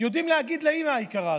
יודעים להגיד לאימא היקרה הזאת?